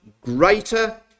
greater